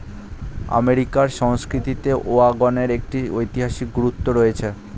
আমেরিকার সংস্কৃতিতে ওয়াগনের একটি ঐতিহাসিক গুরুত্ব রয়েছে